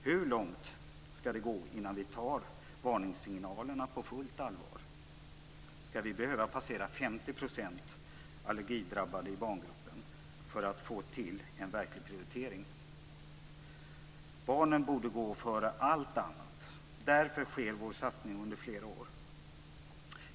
Hur långt skall det gå innan vi tar varningssignalerna på fullt allvar? Skall vi behöva passera 50 % allergidrabbade i barngruppen för att få till stånd en verklig prioritering? Barnen borde gå före allt annat. Därför skall vår föreslagna satsning ske under flera år.